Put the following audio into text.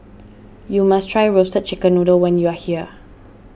you must try Roasted Chicken Noodle when you are here